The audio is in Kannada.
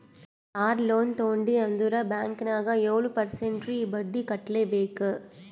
ಕಾರ್ ಲೋನ್ ತೊಂಡಿ ಅಂದುರ್ ಬ್ಯಾಂಕ್ ನಾಗ್ ಏಳ್ ಪರ್ಸೆಂಟ್ರೇ ಬಡ್ಡಿ ಕಟ್ಲೆಬೇಕ್